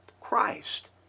Christ